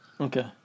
Okay